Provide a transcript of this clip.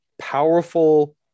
powerful